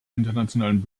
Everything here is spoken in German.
internationalen